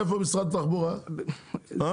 איפה משרד התחבורה כאן?